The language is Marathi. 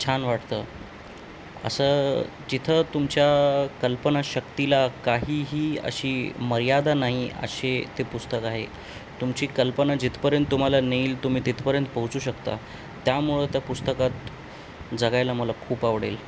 छान वाटतं असं जिथं तुमच्या कल्पनाशक्तीला काहीही अशी मर्यादा नाही असे ते पुस्तक आहे तुमची कल्पना जिथपर्यंत तुम्हाला नेईल तुम्ही तिथपर्यंत पोहोचू शकता त्यामुळं त्या पुस्तकात जगायला मला खूप आवडेल